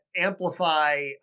amplify